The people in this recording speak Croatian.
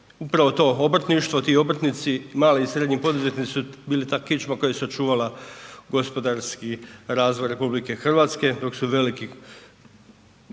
upravo to obrtništvo, ti obrtnici, mali i srednji poduzetnici su bili ta kičma koja je sačuvala gospodarski razvoj RH dok su veliki